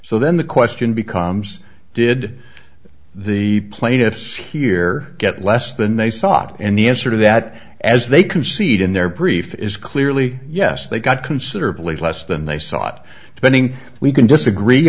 so then the question becomes did the plaintiffs here get less than they sought and the answer to that as they concede in their brief is clearly yes they got considerably less than they sought to bending we can disagree